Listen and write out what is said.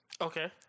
Okay